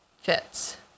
fits